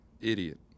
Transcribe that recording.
Idiot